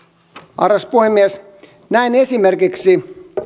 arvoisa puhemies näin esimerkiksi